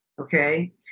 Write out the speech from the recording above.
Okay